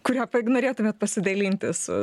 kuriuo norėtumėt pasidalinti su